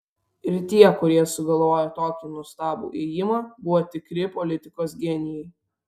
ir tie kurie sugalvojo tokį nuostabų ėjimą buvo tikri politikos genijai